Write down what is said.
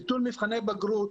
ביטול מבחני בגרות